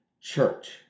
church